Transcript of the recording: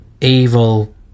evil